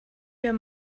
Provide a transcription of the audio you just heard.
wir